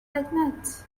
admit